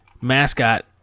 mascot